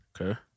Okay